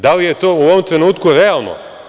Da li je to u ovom trenutku realno?